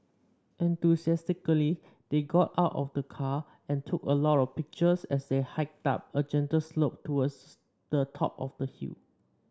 enthusiastically they got out of the car and took a lot of pictures as they hiked up a gentle slope towards the top of the hill